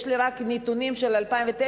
יש לי נתונים רק של 2009,